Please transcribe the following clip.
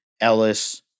Ellis